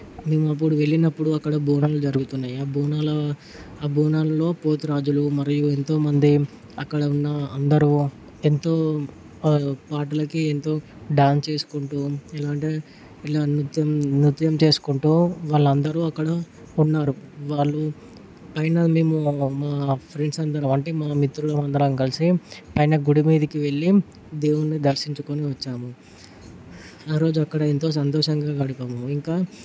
మేము అప్పుడు వెళ్ళినప్పుడు అక్కడ బోనాలు జరుగుతున్నాయి బోనాల ఆ బోనాలలో పోతురాజులు మరియు ఎంతో మంది అక్కడ ఉన్న అందరూ ఎంతో పాటలకి ఎంతో డాన్స్ చేసుకుంటూ ఇలాంటివి ఇలా నృత్యం నృత్యం చేసుకుంటూ వాళ్ళందరూ అక్కడ ఉన్నారు వాళ్ళు అయినా మేము మా ఫ్రెండ్స్ అందరూ అంటే మా మిత్రులు అందరం కలిసి పైన గుడి మీదకి వెళ్ళి దేవున్ని దర్శించుకుని వచ్చాము ఆరోజు అక్కడ ఎంతో సంతోషంగా గడిపాము ఇంకా